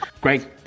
great